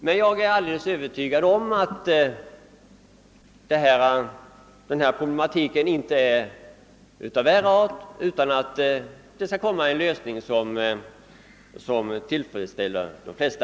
— Men jag är alldeles övertygad om att problematiken inte är av sådan art att det skulle vara omöjligt att finna en lösning som tillfredsställer de flesta.